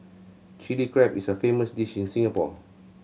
Chilli Crab is a famous dish in Singapore